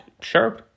Sure